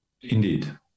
indeed